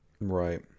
Right